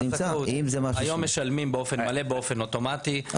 היום משלמים באופן מלא ואוטומטי,